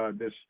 um this